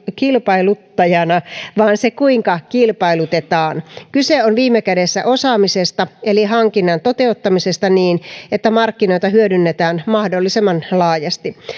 kilpailuttajana vaan se kuinka kilpailutetaan kyse on viime kädessä osaamisesta eli hankinnan toteuttamisesta niin että markkinoita hyödynnetään mahdollisimman laajasti